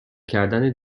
کردن